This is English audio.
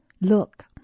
Look